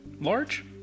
Large